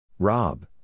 Rob